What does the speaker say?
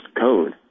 code